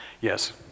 Yes